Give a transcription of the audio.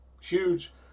huge